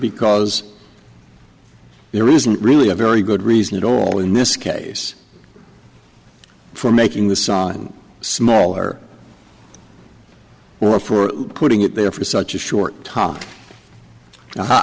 because there isn't really a very good reason at all in this case for making the sun smaller or for putting it there for such a short topic